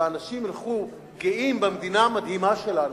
ואנשים ילכו גאים במדינה המדהימה שלנו,